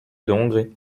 hongrie